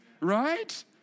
right